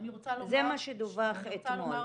רוצה לומר -- זה מה שדווח אתמול.